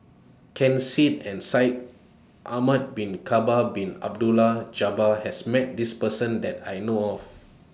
Ken Seet and Shaikh Ahmad Bin Bakar Bin Abdullah Jabbar has Met This Person that I know of